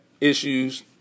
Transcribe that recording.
issues